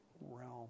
realm